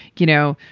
you know,